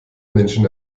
menschen